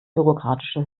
bürokratische